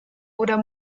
oder